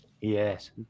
Yes